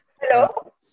Hello